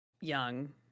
young